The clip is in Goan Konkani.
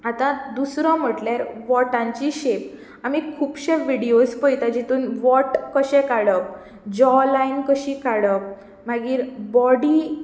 आतां दुसरो म्हटल्यार ओठांची शेप आमी खुबशे व्हिडीयोज पळयतात जितूंत ओंठ कशें काडप जाॅ लायन कशी काडप मागीर बाॅडी